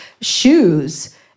shoes